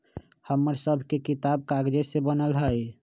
हमर सभके किताब कागजे से बनल हइ